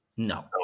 No